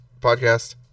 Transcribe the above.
podcast